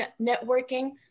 networking